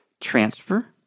transfer